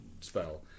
spell